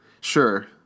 Sure